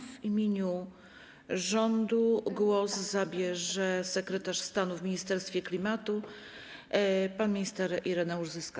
W imieniu rządu głos zabierze sekretarz stanu w Ministerstwie Klimatu pan minister Ireneusz Zyska.